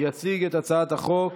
יציג את הצעת החוק